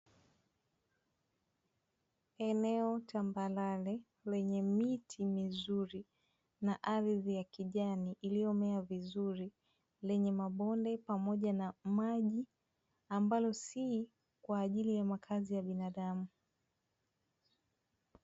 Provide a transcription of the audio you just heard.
Eneo tambarare lenye miti mizuri na ardhi ya kijani iliyomea vizuri lenye mabonde pamoja na maji ambalo si kwaajili ya makazi ya binadamu.